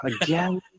again